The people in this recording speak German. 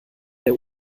der